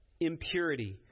Impurity